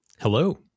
Hello